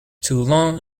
toulon